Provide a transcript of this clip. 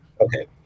Okay